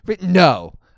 No